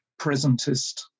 presentist